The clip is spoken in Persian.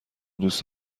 دوست